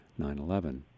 9-11